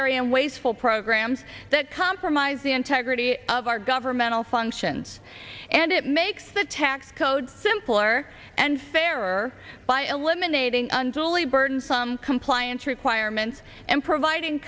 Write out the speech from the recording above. unnecessary and wasteful programs that compromise the integrity of our governmental functions and it makes the tax code simpler and fairer by eliminating unduly burdensome compliance requirements and providing